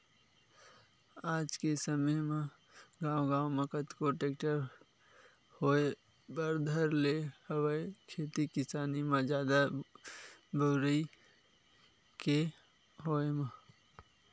आज के समे म गांव गांव म कतको टेक्टर होय बर धर ले हवय खेती किसानी म जादा बउरई के होय म